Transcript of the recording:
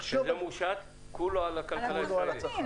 שזה מושת כולו על הצרכנים?